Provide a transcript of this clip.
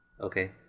okay